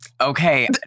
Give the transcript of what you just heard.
Okay